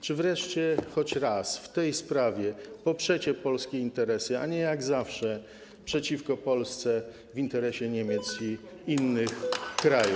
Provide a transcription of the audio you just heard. Czy wreszcie choć raz w tej sprawie poprzecie polskie interesy, a nie jak zawsze przeciwko Polsce w interesie Niemiec i innych krajów.